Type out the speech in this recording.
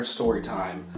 Storytime